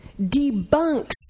debunks